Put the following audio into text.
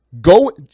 Go